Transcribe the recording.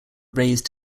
raised